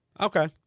Okay